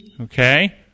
okay